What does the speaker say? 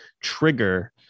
trigger